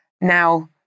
Now